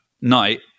night